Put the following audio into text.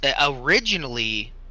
originally